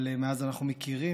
אבל מאז אנחנו מכירים,